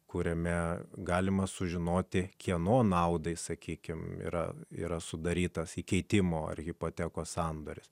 kuriame galima sužinoti kieno naudai sakykime yra yra sudarytas įkeitimo ar hipotekos sandoris